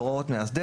בהוראות מאסדר,